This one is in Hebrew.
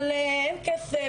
אבל אין כסף,